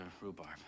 rhubarb